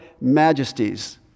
majesties